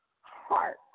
heart